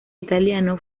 italiano